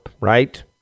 right